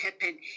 happen